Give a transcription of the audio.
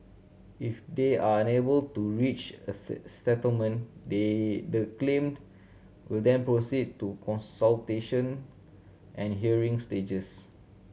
if they are unable to reach a settlement the the claim will then proceed to consultation and hearing stages